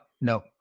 No